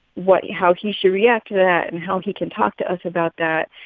what how he should react to that and how he can talk to us about that.